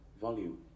Volume